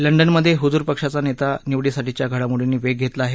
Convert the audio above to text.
लंडनमधे हुजूर पक्षाचा नेता निवडीसाठीच्या घडामोडींनी वेग घेतला आहे